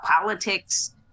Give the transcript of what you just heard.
politics